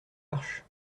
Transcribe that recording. cherche